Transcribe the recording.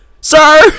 Sir